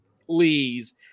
please